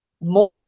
more